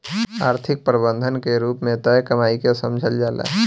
आर्थिक प्रबंधन के रूप में तय कमाई के समझल जाला